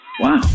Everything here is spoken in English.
Wow